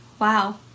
wow